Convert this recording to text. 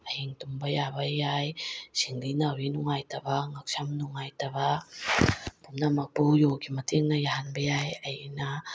ꯑꯍꯤꯡ ꯇꯨꯝꯕ ꯌꯥꯕ ꯌꯥꯏ ꯁꯤꯡꯂꯤ ꯅꯥꯎꯔꯤ ꯅꯨꯡꯉꯥꯏꯇꯕ ꯉꯛꯁꯝ ꯅꯨꯡꯉꯥꯏꯇꯕ ꯄꯨꯝꯅꯃꯛꯄꯨ ꯌꯣꯒꯥꯒꯤ ꯃꯇꯦꯡꯅ ꯌꯥꯍꯟꯕ ꯌꯥꯏ ꯑꯩꯅ